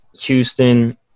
Houston